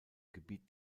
gebiet